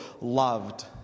loved